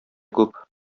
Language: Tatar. күп